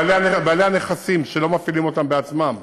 בעלי הנכסים שלא מפעילים אותם בעצמם,